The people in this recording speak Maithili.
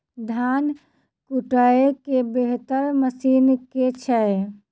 धान कुटय केँ बेहतर मशीन केँ छै?